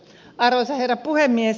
arvoisa herra puhemies